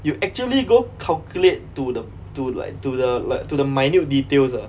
you actually go calculate to the to like to the like to the minute details ah